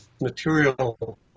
material